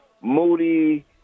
Moody